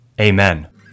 Amen